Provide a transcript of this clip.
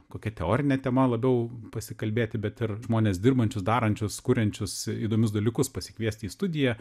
kokia teorinė tema labiau pasikalbėti bet ir žmones dirbančius darančius kuriančius įdomius dalykus pasikviesti į studiją